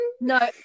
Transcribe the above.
No